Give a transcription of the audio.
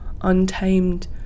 untamed